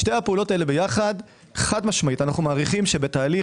שתיהן יחד חד משמעית אנו מעריכים שבתהליך